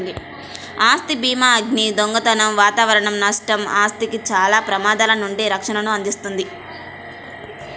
ఆస్తి భీమాఅగ్ని, దొంగతనం వాతావరణ నష్టం, ఆస్తికి చాలా ప్రమాదాల నుండి రక్షణను అందిస్తుంది